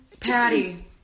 Patty